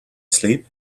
sleep